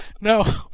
No